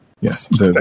Yes